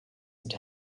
into